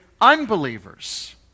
unbelievers